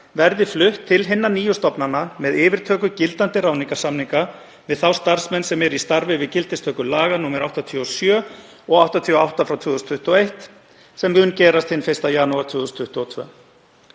verði flutt til hinna nýju stofnana með yfirtöku gildandi ráðningarsamninga við þá starfsmenn sem eru í starfi við gildistöku laga nr. 87/2021 og laga nr. 88/2021, sem mun gerast hinn 1. janúar 2022.